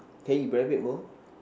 can you elaborate more